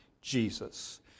Jesus